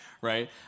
right